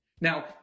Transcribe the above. Now